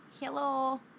hello